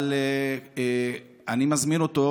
אבל אני מזמין אותו,